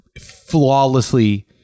flawlessly